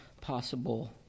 possible